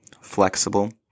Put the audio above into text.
flexible